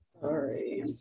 Sorry